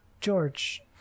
George